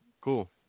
cool